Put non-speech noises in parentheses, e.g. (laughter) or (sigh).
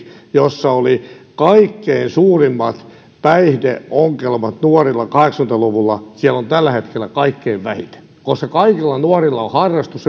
jossa oli kaikkein suurimmat päihdeongelmat nuorilla kahdeksankymmentä luvulla on tällä hetkellä kaikkein vähiten koska kaikilla nuorilla on harrastus (unintelligible)